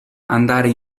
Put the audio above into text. andare